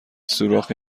سوراخی